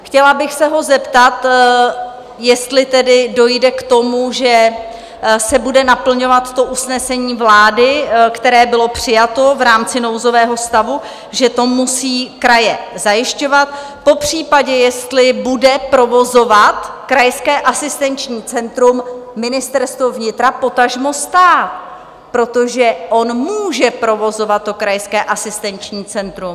Chtěla bych se ho zeptat, jestli tedy dojde k tomu, že se bude naplňovat usnesení vlády, které bylo přijato v rámci nouzového stavu, že to musí kraje zajišťovat, popřípadě jestli bude provozovat krajské asistenční centrum Ministerstvo vnitra, potažmo stát, protože on může provozovat to krajské asistenční centrum.